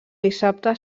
dissabte